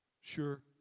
Sure